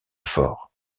fort